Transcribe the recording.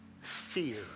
fear